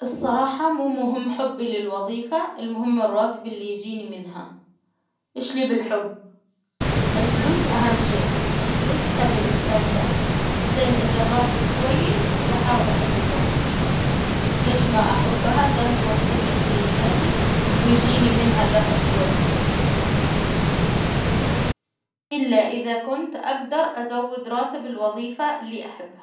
الصراحة مو مهم حبي للوظيفة، المهم الراتب اللي يجيني منها، إيش لي بالحب؟ الفلوس أهم شيء، الفلوس تخلي الانسان سعيد، بعدين إذا الراتب كويس بحاول أحب الوظيفة، ليش ما احبها؟ دام توفر لي احتياجاتي، ويجيني منها دخل كويس، إلا إذا كنت أجدر أزود راتب الوظيفة اللي أحبها.